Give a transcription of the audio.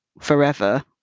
forever